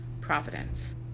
providence